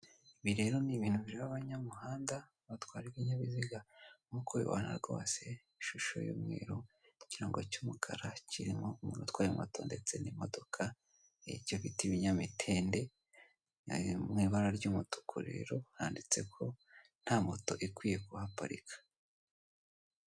Ibi rero ni ibintu bireba abanyamuhanda batwara ibinyabiziga nkuko ubibona rwose ishusho y'umweru ikirango cy'umukara kirimo umuntu utwaye moto ndetse n'imodoka, icyo bita ikiinyamitende mu ibara ry'umutuku rero handitse ko nta moto ikwiye kuparika.